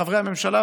חברי הממשלה,